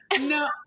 No